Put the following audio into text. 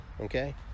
Okay